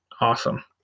Awesome